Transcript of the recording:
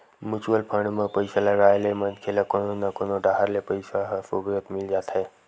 mutual fund म पइसा लगाए ले मनखे ल कोनो न कोनो डाहर ले पइसा ह सुबेवत मिल जाथे